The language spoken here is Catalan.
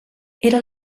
era